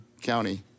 County